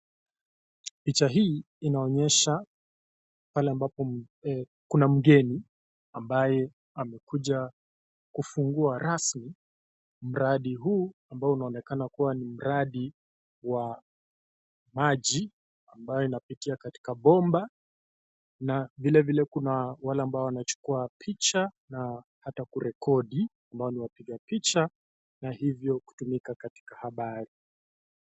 Picha hii inaonyesha pale ambapo kuna mgeni ambaye amekuja kufungua rasmi mradi huu ambao unaonekana kuwa ni mradi wa maji ambayo inapitia katika bomba na vile vile kuna wale ambao wanachukua picha na hata kurekodi na hivyo kutumika katika habari.